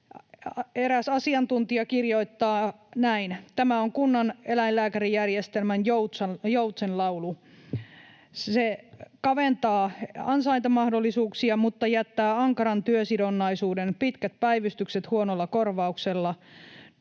Eräs asiantuntija kirjoittaa näin: Tämä on kunnan eläinlääkärijärjestelmän joutsenlaulu. Se kaventaa ansaintamahdollisuuksia mutta jättää ankaran työsidonnaisuuden, pitkät päivystykset huonolla korvauksella.